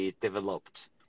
developed